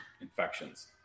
infections